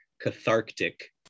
cathartic